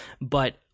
but-